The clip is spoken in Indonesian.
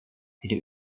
hidup